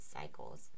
cycles